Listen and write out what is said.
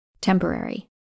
temporary